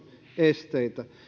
esteitä